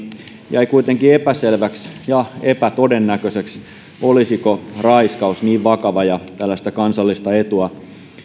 jäi kuitenkin epäselväksi ja epätodennäköiseksi olisiko raiskaus niin vakava ja tällaista kansallista etua